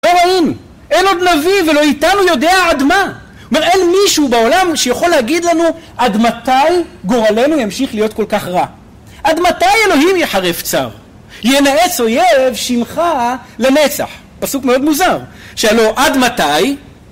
לא רואים, אין עוד נביא ולא איתנו יודע עד מה זאת אומרת אין מישהו בעולם שיכול להגיד לנו עד מתי גורלנו ימשיך להיות כל כך רע "עד מתי אלוהים יחרף צער ינאץ אויב שמחה לנצח" פסוק מאוד מוזר, שאלו עד מתי